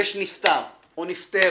שיש נפטר או נפטרת,